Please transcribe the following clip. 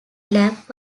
lap